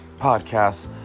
podcasts